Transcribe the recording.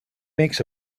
makes